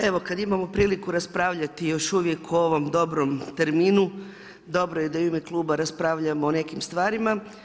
Evo kada imamo priliku raspravljati još uvijek u ovom dobrom terminu, dobro je da u ime kluba raspravljamo o nekim stvarima.